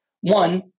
One